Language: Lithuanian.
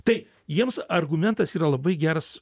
tai jiems argumentas yra labai geras